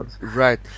Right